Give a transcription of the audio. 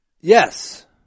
Yes